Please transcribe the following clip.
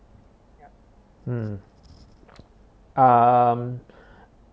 hmm um